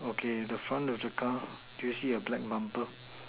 okay the front of the car do you see a black number